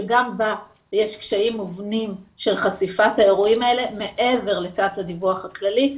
שגם בה יש קשיים מובנים של חשיפת האירועים האלה מעבר לתת-הדיווח הכללי.